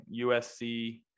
USC